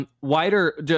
Wider